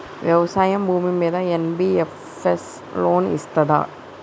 వ్యవసాయం భూమ్మీద NBFS loan ఇస్తదా?